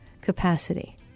capacity